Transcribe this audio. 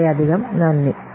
വളരെയധികം നന്ദി